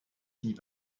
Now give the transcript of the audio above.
finit